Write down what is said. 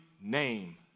name